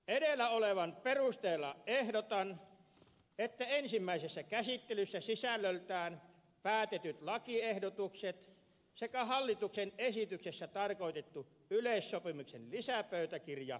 edellä olevan perusteella ehdotan että ensimmäisessä käsittelyssä sisällöltään päätetyt lakiehdotukset sekä hallituksen esityksessä tarkoitettu yleissopimuksen lisäpöytäkirja hylätään